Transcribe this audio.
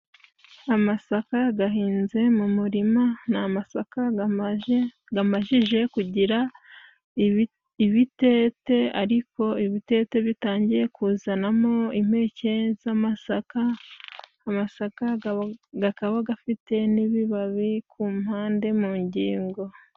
Amasaka gahinze mu murima ni amasaka gamaje, gamajije kugira ibitete, ariko ibitete bitangiye kuzanamo impeke z'amasaka. Amasaka gakaba gafite n'ibibabi ku mpande mu ngingo.